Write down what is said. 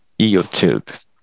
YouTube